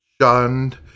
shunned